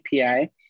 API